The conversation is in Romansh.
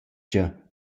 cha